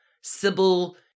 Sybil